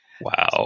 Wow